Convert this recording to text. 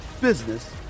business